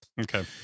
Okay